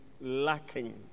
lacking